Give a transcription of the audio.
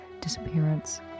disappearance